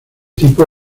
tipo